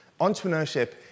entrepreneurship